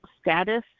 status